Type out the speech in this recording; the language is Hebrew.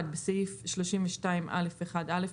בסעיף 32(א)(1)(א),